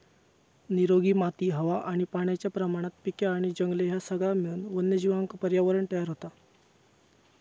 निरोगी माती हवा आणि पाण्याच्या प्रमाणात पिके आणि जंगले ह्या सगळा मिळून वन्यजीवांका पर्यावरणं तयार होता